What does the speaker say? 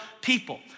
people